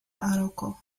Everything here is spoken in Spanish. arauco